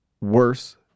Worse